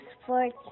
Sports